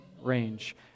range